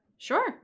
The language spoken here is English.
Sure